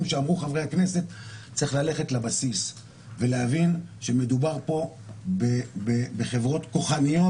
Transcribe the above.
שאמרו חברי הכנסת צריך ללכת לבסיס ולהבין שמדובר פה בחברות כוחניות,